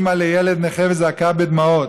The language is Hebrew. אימא לילד נכה, וזעקה בדמעות,